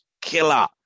killer